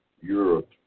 Europe